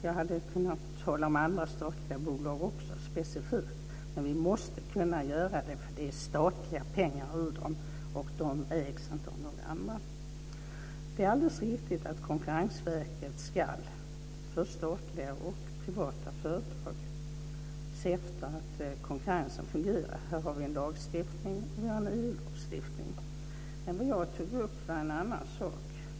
Jag hade också kunnat tala om andra statliga bolag specifikt. Vi måste kunna göra detta, för det är statliga pengar i dem och de ägs inte av några andra. Det är alldeles riktigt att Konkurrensverket ska se till att konkurrensen fungerar för statliga och privata företag. Här har vi en lagstiftning och en EU lagstiftning. Vad jag tog upp var en annan sak.